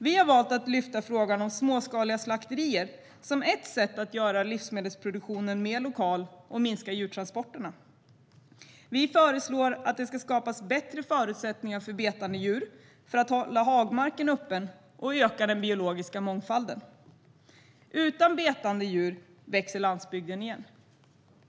Vi har valt att lyfta frågan om småskaliga slakterier som ett sätt att göra livsmedelsproduktionen mer lokal och minska djurtransporterna. Vi föreslår att det ska skapas bättre förutsättningar för betande djur för att hålla hagmarken öppen och öka den biologiska mångfalden. Utan betande djur växer landsbygden igen.